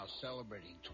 celebrating